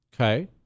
Okay